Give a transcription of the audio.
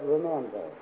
Remember